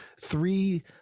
three